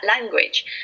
language